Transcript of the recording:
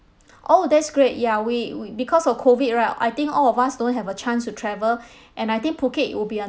oh that's great ya we we because of COVID right I think all of us don't have a chance to travel and I think phuket will be a